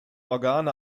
organe